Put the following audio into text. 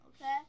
Okay